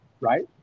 Right